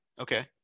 Okay